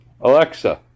Alexa